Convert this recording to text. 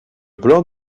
blanc